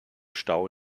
stau